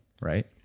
Right